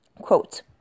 Quote